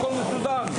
הכל מסודר,